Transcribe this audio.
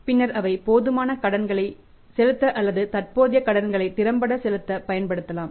பின்னர் அவை போதுமான கடன்களை செலுத்த அல்லது தற்போதைய கடன்களை திறம்பட செலுத்த பயன்படுத்தலாம்